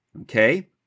okay